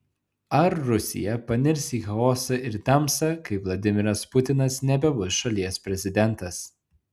ar rusija panirs į chaosą ir tamsą kai vladimiras putinas nebebus šalies prezidentas